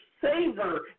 savor